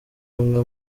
umwe